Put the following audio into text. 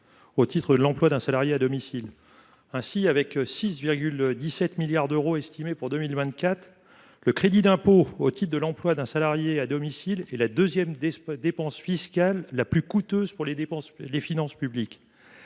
au titre de l’emploi d’un salarié à domicile. Avec 6,17 milliards d’euros estimés pour 2024, le crédit d’impôt au titre de l’emploi d’un salarié à domicile est la deuxième dépense fiscale la plus coûteuse pour les finances publiques.